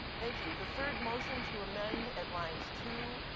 thank you. the third motion to amend at lines two,